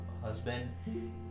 husband